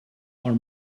are